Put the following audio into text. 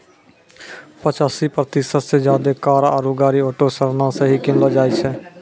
पचासी प्रतिशत से ज्यादे कार आरु गाड़ी ऑटो ऋणो से ही किनलो जाय छै